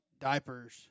diapers